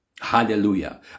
Hallelujah